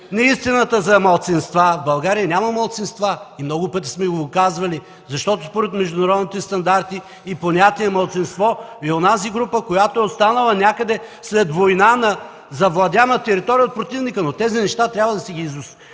неистината за малцинства. В България няма малцинства и много пъти сме го казвали, защото според международните стандарти понятие „малцинство” е онази група, която е останала някъде след война на завладяна територия от противника. Но тези неща трябва да си ги изясняваме,